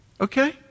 Okay